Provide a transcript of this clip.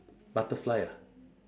butterfly ah